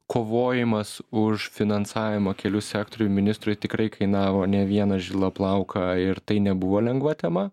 kovojimas už finansavimą kelių sektoriui ministrui tikrai kainavo ne vieną žilą plauką ir tai nebuvo lengva tema